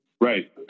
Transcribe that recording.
Right